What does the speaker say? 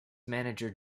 manager